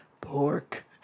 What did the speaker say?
pork